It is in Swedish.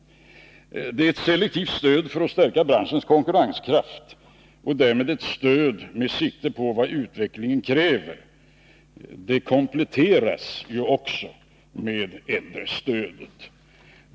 Det är ett selektivt stöd för att stärka branschens konkurrenskraft och därmed ett stöd med sikte på vad utvecklingen kräver. Det kompletteras också med äldrestödet.